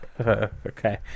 Okay